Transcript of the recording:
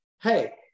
hey